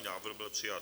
Návrh byl přijat.